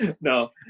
No